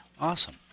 Awesome